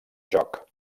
joc